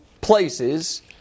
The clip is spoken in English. places